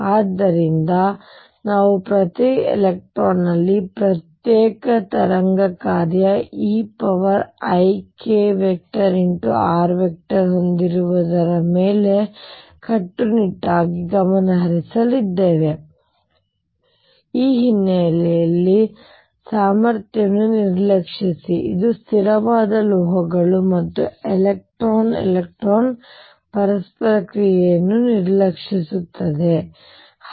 ಆದ್ದರಿಂದ ನಾವು ಪ್ರತಿ ಎಲೆಕ್ಟ್ರಾನ್ನಲ್ಲಿ ಪ್ರತ್ಯೇಕ ತರಂಗ ಕಾರ್ಯ eikr ಹೊಂದಿರುವ ಮೇಲೆ ಕಟ್ಟುನಿಟ್ಟಾಗಿ ಗಮನಹರಿಸಲಿದ್ದೇವೆ ಹಿನ್ನೆಲೆ ಸಾಮರ್ಥ್ಯವನ್ನು ನಿರ್ಲಕ್ಷಿಸಿ ಇದು ಸ್ಥಿರವಾದ ಲೋಹಗಳು ಮತ್ತು ಎಲೆಕ್ಟ್ರಾನ್ ಎಲೆಕ್ಟ್ರಾನ್ ಪರಸ್ಪರ ಕ್ರಿಯೆಯನ್ನು ನಿರ್ಲಕ್ಷಿಸುತ್ತದೆ